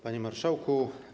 Panie Marszałku!